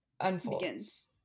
unfolds